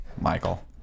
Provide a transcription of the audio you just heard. Michael